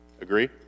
Agree